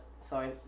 sorry